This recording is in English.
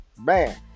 Man